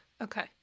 Okay